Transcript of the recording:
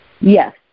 Yes